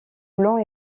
blond